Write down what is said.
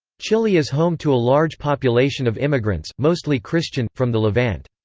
chile is home to a large population of immigrants, mostly christian, from the levant.